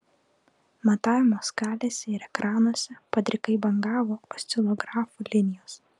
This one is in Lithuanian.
matavimo skalėse ir ekranuose padrikai bangavo oscilografų linijos